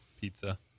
pizza